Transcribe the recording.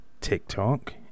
TikTok